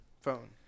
phone